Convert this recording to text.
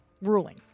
ruling